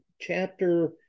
chapter